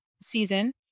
season